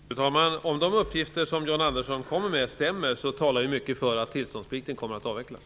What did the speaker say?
Fru talman! Om de uppgifter som John Andersson lämnar stämmer, talar mycket för att tillståndsplikten kommer att avvecklas.